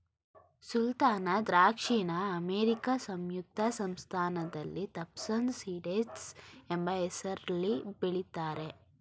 ಸುಲ್ತಾನ ದ್ರಾಕ್ಷಿನ ಅಮೇರಿಕಾ ಸಂಯುಕ್ತ ಸಂಸ್ಥಾನದಲ್ಲಿ ಥಾಂಪ್ಸನ್ ಸೀಡ್ಲೆಸ್ ಎಂಬ ಹೆಸ್ರಲ್ಲಿ ಬೆಳಿತಾರೆ